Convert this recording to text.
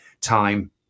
time